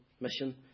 mission